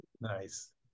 Nice